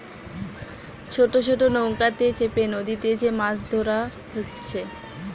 ছোট ছোট নৌকাতে চেপে নদীতে যে মাছ ধোরা হচ্ছে